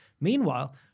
Meanwhile